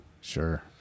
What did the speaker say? Sure